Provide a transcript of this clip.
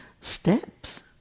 steps